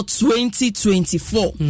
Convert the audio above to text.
2024